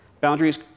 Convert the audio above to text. boundaries